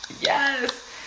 yes